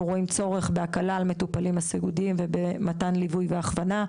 אנחנו רואים צורך בהקלה על מטופלים הסיעודיים ובמתן ליווי והכוונה,